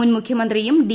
മുൻ മുഖ്യമന്ത്രിയും ഡി